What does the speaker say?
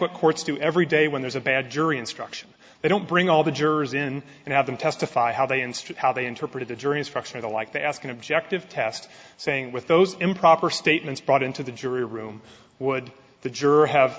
what courts do every day when there's a bad jury instruction they don't bring all the jurors in and have them testify how they instruct how they interpret the jury instruction or the like to ask an objective test saying with those improper statements brought into the jury room would the juror have